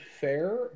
fair